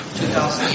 2,000